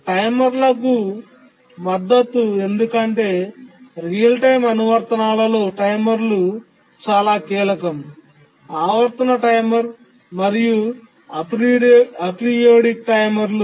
టైమర్లకు మద్దతు ఎందుకంటే real time అనువర్తనాల్లో టైమర్లు చాలా కీలకం ఆవర్తన టైమర్ మరియు అపెరియోడిక్ టైమర్లు